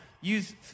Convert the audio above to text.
use